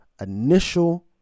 initial